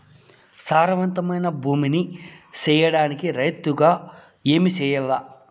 సారవంతమైన భూమి నీ సేయడానికి రైతుగా ఏమి చెయల్ల?